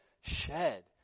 shed